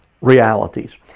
realities